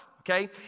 okay